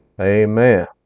Amen